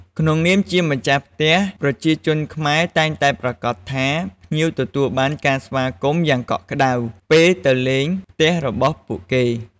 ក្នុងនាមជាម្ចាស់ផ្ទះ ប្រជាជនខ្មែរតែងតែប្រាកដថា ភ្ញៀវទទួលបានការស្វាគមន៍យ៉ាងកក់ក្ដៅ ពេលទៅលេងផ្ទះរបស់ពួកគេ។